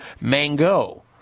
mango